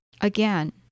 Again